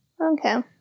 okay